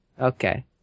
Okay